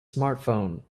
smartphone